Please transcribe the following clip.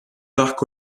parc